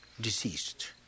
deceased